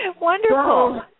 Wonderful